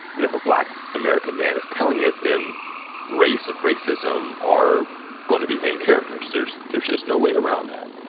and if a black american man is telling it, then race and racism are gonna be main characters. there's there's just no way around that.